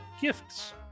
gifts